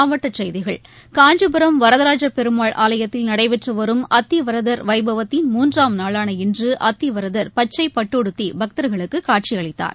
மாவட்டசெய்திகள் காஞ்சிபுரம் வரதராஜ பெருமாள் ஆலயத்தில் நடைபெற்றுவரும் அத்திவரதர் வைபவத்தின் மூன்றாம் நாளான இன்றுஅத்திவரதர் பச்சைபட்டுடடுத்திபக்தர்களுக்குகாட்சிஅளித்தார்